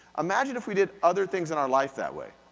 imagine if we did other things in our life that way.